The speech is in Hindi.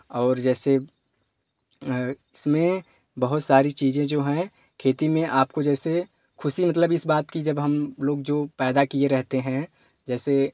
और जैसे इसमें बहुत सारी चीज़ें जो हैं खेती में आपको जैसे खुशी मतलब इस बात की जब हम लोग जो पैदा किए रहते हैं जैसे